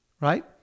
right